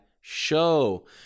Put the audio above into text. show